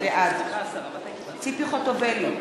בעד ציפי חוטובלי,